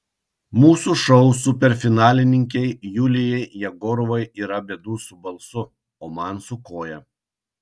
mūsų šou superfinalininkei julijai jegorovai yra bėdų su balsu o man su koja